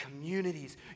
communities